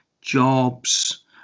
jobs